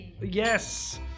Yes